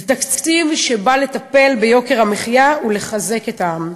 זה תקציב שבא לטפל ביוקר המחיה ולחזק את העם.